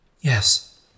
Yes